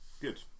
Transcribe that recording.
good